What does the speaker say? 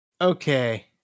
okay